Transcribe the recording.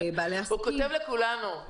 אנחנו מעדיפים ללכת למקום הפתוח ולקנות שם.